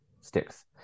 sticks